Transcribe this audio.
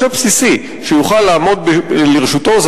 מחשב בסיסי שיוכל לעמוד לרשותו,